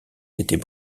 s’était